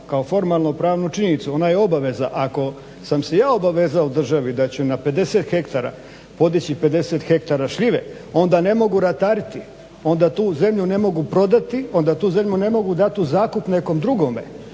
kao formalno-pravnu činjenicu. Ona je obaveza. Ako sam se ja obavezao državi da ću na 50 hektara podići 50 hektara šljive onda ne mogu ratariti, onda tu zemlju ne mogu prodati, onda tu zemlju ne mogu dati u zakup nekom drugome.